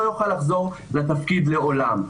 לא יוכל לחזור לתפקיד לעולם.